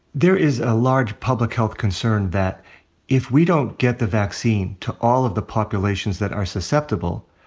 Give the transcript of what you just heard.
there is a large public health concern that if we don't get the vaccine to all of the populations that are susceptible,